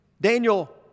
Daniel